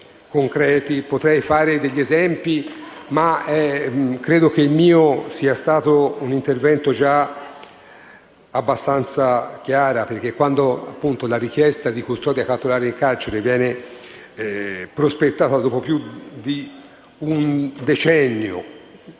Potrei fare degli esempi, ma credo che il mio sia stato un intervento già abbastanza chiaro. Quando la richiesta di custodia cautelare in carcere viene prospettata dopo più di un decennio,